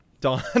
Don